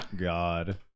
God